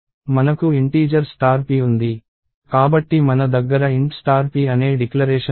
మనకు integer p ఉంది కాబట్టి మన దగ్గర Int p అనే డిక్లరేషన్ ఉంది